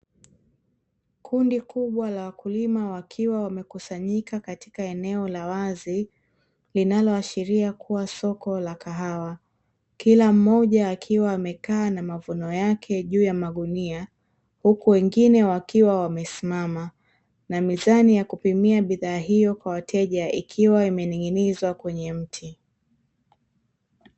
Kundi kubwa la wakulima wakiwa wamekusanyika katika eneo la wazi, linaloashiria kuwa soko la kahawa. Kila mmoja akiwa amekaa na mavuno yake juu ya magunia, huku wengine wakiwa wamesimama. Na mizani ya kupimia bidhaa hiyo kwa wateja ikiwa imening'inizwa kwenye mti.